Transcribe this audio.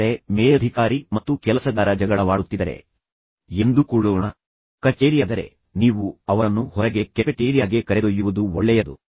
ಅಂದರೆ ಮೇಲಧಿಕಾರಿ ಮತ್ತು ಕೆಲಸಗಾರ ಜಗಳವಾಡುತ್ತಿದ್ದರೆ ಎಂದುಕೊಳ್ಳೋಣ ಕಚೇರಿಯಾದರೆ ನೀವು ಅವರನ್ನು ಹೊರಗೆ ಕರೆದುಕೊಂಡು ಹೋಗಿ ಕ್ಯಾಂಟೀನ್ಗೆ ಕರೆದೊಯ್ದು ಕೆಫೆಟೇರಿಯಾಗೆ ಕರೆದೊಯ್ಯುವುದು ಒಳ್ಳೆಯದು